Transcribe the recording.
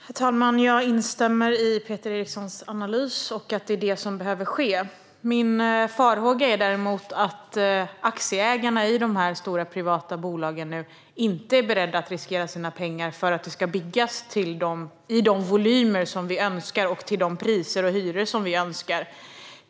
Herr talman! Jag instämmer i Peter Erikssons analys att det är detta som behöver ske. Men min farhåga är att aktieägarna i de stora privata bolagen inte är beredda att riskera sina pengar för att bygga de volymer som vi önskar och till de priser och hyror som vi önskar.